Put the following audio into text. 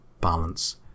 balance